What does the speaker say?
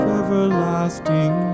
everlasting